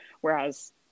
Whereas